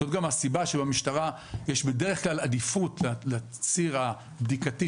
זאת גם הסיבה שבמשטרה יש בדרך כלל עדיפות לציר הבדיקתי,